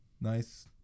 Nice